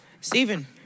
Stephen